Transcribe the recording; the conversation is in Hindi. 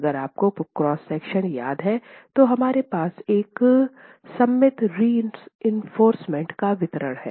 अगर आपको क्रॉस सेक्शन याद है तो हमारे पास एक सममित रिइंफोर्समेन्ट का वितरण था